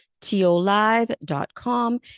Tolive.com